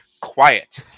quiet